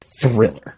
thriller